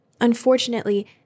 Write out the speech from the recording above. Unfortunately